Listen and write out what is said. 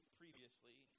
previously